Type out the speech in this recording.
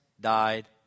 died